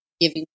giving